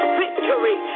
victory